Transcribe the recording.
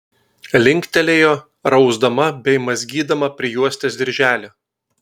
linktelėjo rausdama bei mazgydama prijuostės dirželį